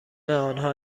آنها